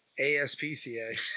ASPCA